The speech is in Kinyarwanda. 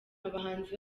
abahanzi